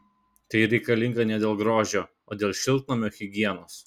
tai reikalinga ne dėl grožio o dėl šiltnamio higienos